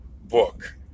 book